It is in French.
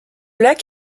lac